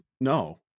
no